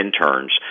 interns